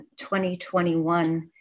2021